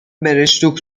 برشتوک